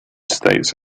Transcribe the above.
states